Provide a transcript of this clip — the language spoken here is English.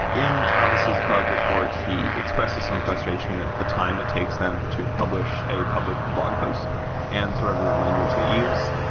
in tavis' bug report, he expresses some frustration at the time it takes them to publish a public blog post and sort of the language they use.